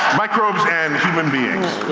microbes and human beings.